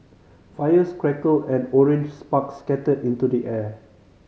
fires crackled and orange sparks scattered into the air